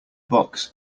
box